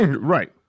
Right